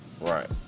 Right